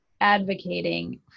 advocating